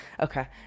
Okay